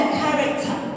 character